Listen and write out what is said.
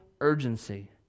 urgency